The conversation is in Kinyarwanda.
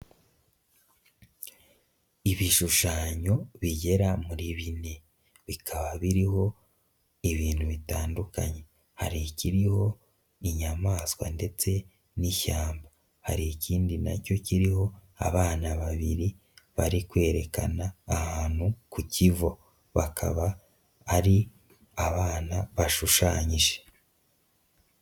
Ibishushanyo bigera muri bine, bikaba biriho ibintu bitandukanye. Hari ikiriho inyamaswa ndetse n'ishyamba, hari ikindi nacyo kiriho abana babiri bari kwerekana ahantu ku kivu, bakaba ari abana bashushanyije.